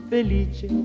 Felice